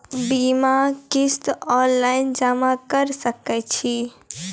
बीमाक किस्त ऑनलाइन जमा कॅ सकै छी?